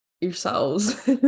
yourselves